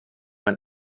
mein